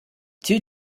two